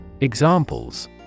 Examples